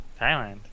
Thailand